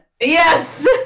Yes